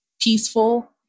peaceful